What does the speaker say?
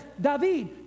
David